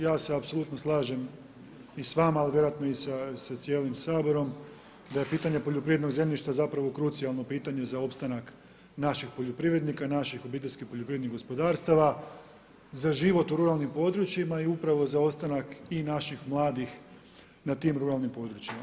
Ja se apsolutno slažem i sa vama a vjerojatno i sa cijelim Saborom, da je pitanje poljoprivrednog zemljišta zapravo krucionalno pitanje, za opstanak naših poljoprivrednika, naših obiteljskih poljoprivrednih gospodarstava, za život u ruralnim područjima i upravno za ostanak i naših mladih na tim ruralnim područjima.